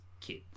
kids